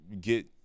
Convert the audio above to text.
get